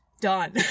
done